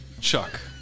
Chuck